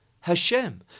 Hashem*